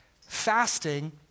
fasting